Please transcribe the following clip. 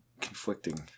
conflicting